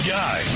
guy